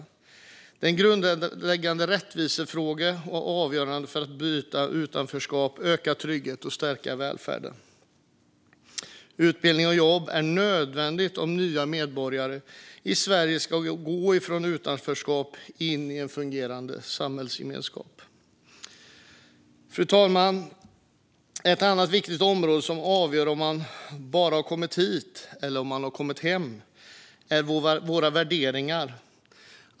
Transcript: Detta är en grundläggande rättvisefråga och avgörande för att bryta utanförskap, öka tryggheten och stärka välfärden. Utbildning och jobb är nödvändigt om nya medborgare i Sverige ska gå från utanförskap in i en fungerande samhällsgemenskap. Fru talman! Ett annat viktigt område som avgör om man bara har "kommit hit" eller om man har "kommit hem" är våra värderingar.